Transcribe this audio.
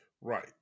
Right